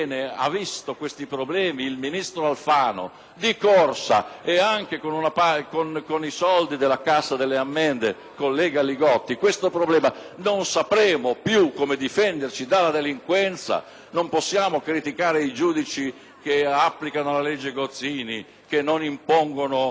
anche con i soldi della Cassa delle ammende, collega Li Gotti, non sapremo più come difenderci dalla delinquenza. Non possiamo criticare i giudici che applicano la legge Gozzini e che non impongono l'obbligatorietà sostanziale delle misure cautelari